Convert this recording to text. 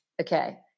okay